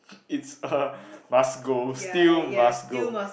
it's a must go still must go